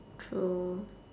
true